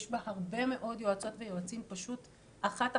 יש בה הרבה מאוד יועצות ויועצים פשוט אחת-אחת,